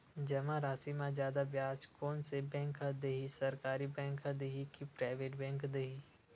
जमा राशि म जादा ब्याज कोन से बैंक ह दे ही, सरकारी बैंक दे हि कि प्राइवेट बैंक देहि?